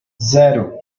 zero